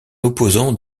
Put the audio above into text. opposant